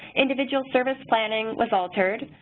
individual service planning was altered,